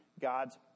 God's